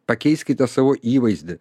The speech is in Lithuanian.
pakeiskite savo įvaizdį